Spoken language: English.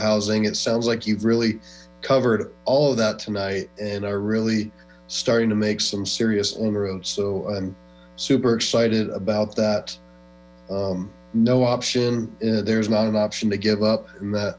housing it sounds like you've really covered all of that tonight and are really starting to make some serious inroads so i'm super excited about that no option there is not an option to give up and that